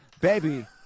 Baby